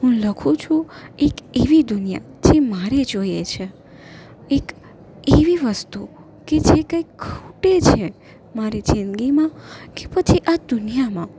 હું લખું છું એક એવી દુનિયા જે મારે જોઈએ છે એક એવી વસ્તુ કે જે કાંઇક ખૂટે છે મારી જિંદગીમાં કે પછી આ દુનિયામાં